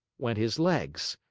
went his legs.